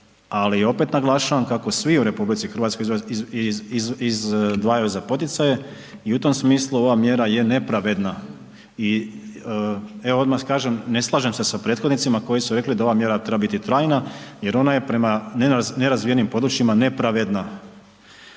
ali opet naglašavam kako svi u RH izdvajaju za poticaje i u tom smislu ova mjera je nepravedna. I evo odmah kažem na slažem se sa prethodnicama koji su rekli da ova mjera treba biti trajna, jer ona je prema nerazvijenim područjima nepravedna.